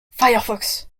firefox